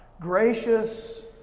gracious